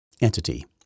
entity